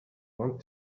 want